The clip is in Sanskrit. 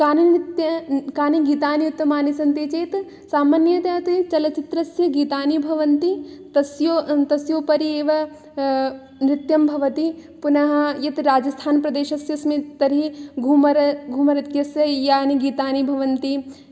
कानि नृत्य कानि गीतानि उत्तमानि सन्ति चेत् सामान्यतया तु चलच्चित्रस्य गीतानि भवन्ति तस्यो अन्तस्योपरि एव नृत्यं भवति पुनः यत् राजस्थानप्रदेशस्य अस्मि तर्हि घूमर् घूमर् इतस्य यानि गीतानि भवन्ति